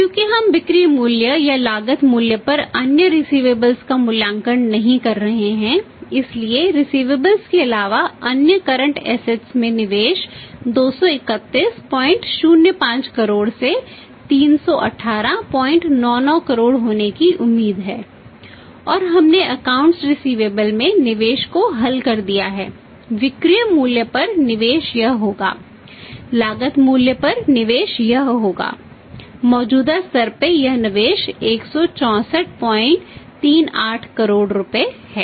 क्योंकि हम बिक्री मूल्य या लागत मूल्य पर अन्य रिसिवेबल्स में निवेश को हल कर दिया है विक्रय मूल्य पर निवेश यह होगा लागत मूल्य पर निवेश यह होगा मौजूदा स्तर पर यह निवेश 16438 करोड़ रुपये है